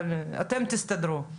אבל אתם תסתדרו,